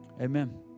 amen